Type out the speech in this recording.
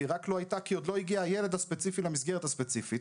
ורק עוד לא הגיע הילד הספציפי למסגרת הספציפית.